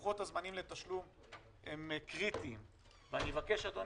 אני מבקש תשובה.